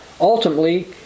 ultimately